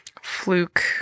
fluke